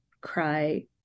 cry